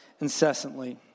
incessantly